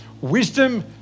Wisdom